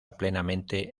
plenamente